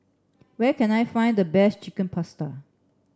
where can I find the best Chicken Pasta